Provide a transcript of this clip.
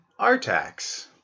Artax